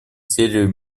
серию